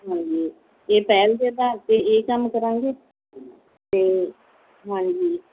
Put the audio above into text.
ਹਾਂਜੀ ਅਤੇ ਪਹਿਲ ਦੇ ਅਧਾਰ 'ਤੇ ਇਹ ਕੰਮ ਕਰਾਂਗੇ ਅਤੇ ਹਾਂਜੀ